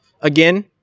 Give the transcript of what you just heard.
again